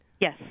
Yes